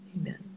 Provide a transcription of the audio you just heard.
Amen